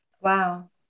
Wow